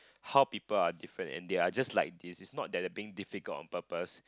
how people are different and they are just like this it's not like they are being difficult on purpose